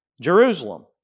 Jerusalem